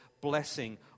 blessing